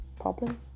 problem